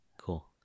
Cool